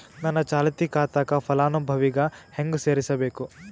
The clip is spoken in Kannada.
ನನ್ನ ಚಾಲತಿ ಖಾತಾಕ ಫಲಾನುಭವಿಗ ಹೆಂಗ್ ಸೇರಸಬೇಕು?